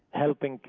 helping kids